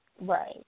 Right